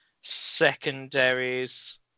secondaries